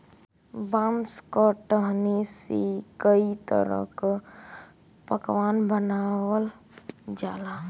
बांस क टहनी से कई तरह क पकवान बनावल जाला